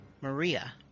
Maria